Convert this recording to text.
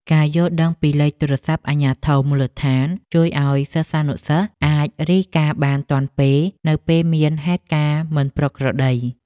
ការយល់ដឹងពីលេខទូរស័ព្ទអាជ្ញាធរមូលដ្ឋានជួយឱ្យសិស្សានុសិស្សអាចរាយការណ៍បានទាន់ពេលនៅពេលមានហេតុការណ៍មិនប្រក្រតី។